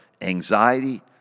anxiety